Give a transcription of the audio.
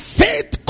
faith